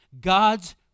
God's